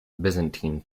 byzantine